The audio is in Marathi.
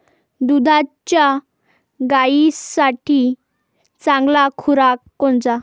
दुधाच्या गायीसाठी चांगला खुराक कोनचा?